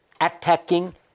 attacking